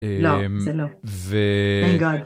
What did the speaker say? לא, זה לא. ו... thank god.